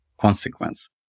consequence